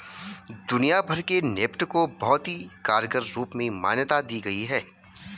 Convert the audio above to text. दुनिया भर में नेफ्ट को बहुत ही कारगर रूप में मान्यता दी गयी है